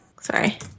sorry